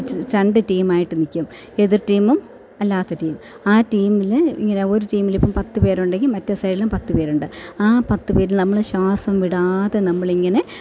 രണ്ട് ടീം ആയിട്ട് നിൽക്കും എതിർ ടീമും അല്ലാത്ത ടീമും ആ ടീമില് ഇങ്ങനെ ഒരു ടീമില് ഇപ്പോൾ പത്ത് പേരുണ്ടെങ്കിൽ മറ്റേ സൈഡിലും പത്ത് പേരുണ്ട് ആ പത്ത് പേരിൽ നമ്മള് ശ്വാസം വിടാതെ നമ്മളിങ്ങനെ